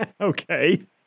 Okay